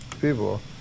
People